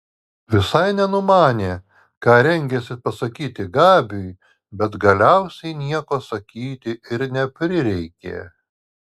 visai nenumanė ką rengiasi pasakyti gabiui bet galiausiai nieko sakyti ir neprireikė